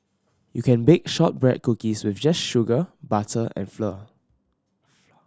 you can bake shortbread cookies with just sugar butter and flour flour